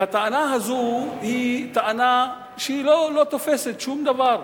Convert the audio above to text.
והטענה הזאת היא טענה שלא תופסת שום דבר.